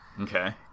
Okay